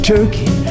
Turkey